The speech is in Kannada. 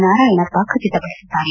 ನಾರಾಯಣಪ್ಪ ಖಚಿತಪಡಿಸಿದ್ದಾರೆ